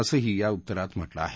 असंही या उत्तरां म्हटलं आहे